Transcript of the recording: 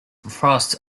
frost